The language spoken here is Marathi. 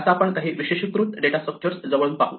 आता आपण काही विशेषीकृत डेटा स्ट्रक्चर जवळून पाहु